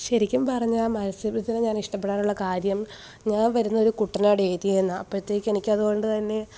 ശരിക്കും പറഞ്ഞാൽ മത്സ്യബന്ധനം ഞാൻ ഇഷ്ടപ്പെടാനുള്ള കാര്യം ഞാൻ വരുന്നത് കുട്ടനാട് ഏരിയേന്നാണ് അപ്പോഴത്തേക്കും എനിക്ക് അതുകൊണ്ടുതന്നെ